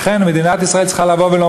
לכן מדינת ישראל צריכה לומר: